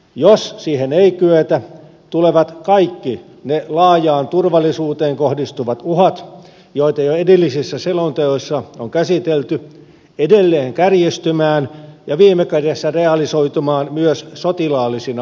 jos siihen ei kyetä tulevat kaikki ne laajaan turvallisuuteen kohdistuvat uhat joita jo edellisissä selonteoissa on käsitelty edelleen kärjistymään ja viime kädessä realisoitumaan myös sotilaallisina uhkina